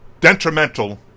detrimental